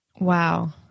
Wow